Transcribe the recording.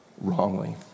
wrongly